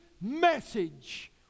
message